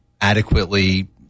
adequately